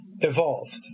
evolved